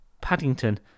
Paddington